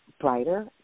brighter